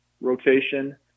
rotation